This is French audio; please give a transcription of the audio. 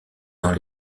dans